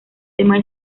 temas